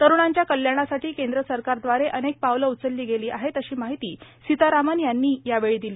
तरूणांच्या कल्याणासाठी केंद्र सरकारद्वारे अनेक पावलं उचलली गेली आहेत अशी माहिती सितारामन् यांनी यावेळी दिली